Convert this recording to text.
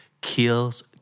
kills